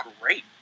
great